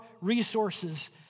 resources